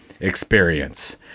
Experience